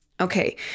Okay